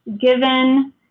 given